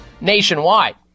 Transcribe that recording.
nationwide